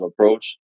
approach